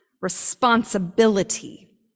responsibility